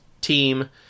team